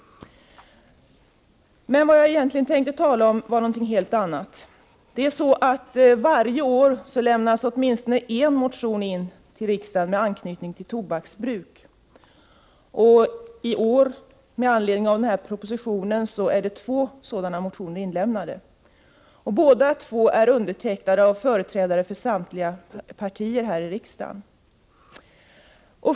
Men vad jag egentligen tänkte tala om var någonting helt annat. Varje år lämnas åtminstone en motion in till riksdagen med anknytning till tobaksbruk. I år inlämnades med anledning av den här propositionen två sådana motioner. Båda är undertecknade av företrädare för samtliga partier här i riksdagen.